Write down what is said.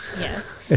Yes